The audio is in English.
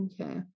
Okay